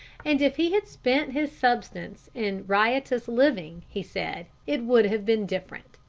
and if he had spent his substance in riotous living, he said, it would have been different.